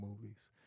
movies